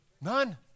None